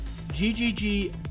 GGG